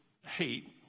hate